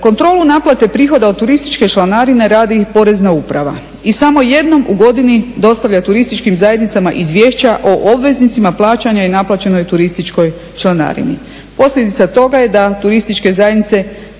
Kontrolu naplate prihoda od turističke članarine radi porezna uprava i samo jednom u godini dostavlja turističkim zajednicama izvješća o obveznicima plaćanja i naplaćenoj turističkoj članarini. Posljedica toga je da turističke zajednice